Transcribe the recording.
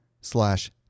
slash